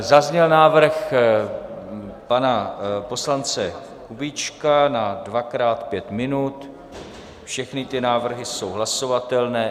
Zazněl návrh pana poslance Kubíčka na dvakrát 5 minut, všechny ty návrhy jsou hlasovatelné.